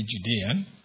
Judean